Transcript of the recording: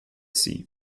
sie